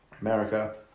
America